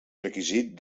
requisit